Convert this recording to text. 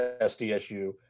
SDSU